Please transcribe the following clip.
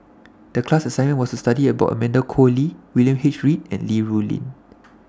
The class assignment was to study about Amanda Koe Lee William H Read and Li Rulin